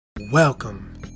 Welcome